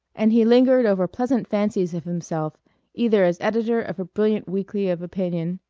and he lingered over pleasant fancies of himself either as editor of a brilliant weekly of opinion,